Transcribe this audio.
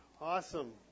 Awesome